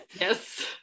Yes